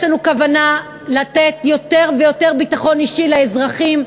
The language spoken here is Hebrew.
יש לנו כוונה לתת יותר ויותר ביטחון אישי לאזרחים.